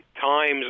times